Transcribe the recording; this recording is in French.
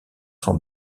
sont